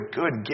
good